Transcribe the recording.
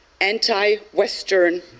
anti-Western